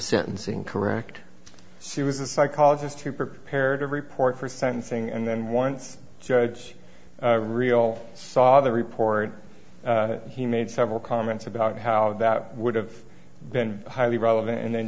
sentencing correct she was a psychologist who prepared a report for sentencing and then once the judge real saw the report he made several comments about how that would have been highly relevant and then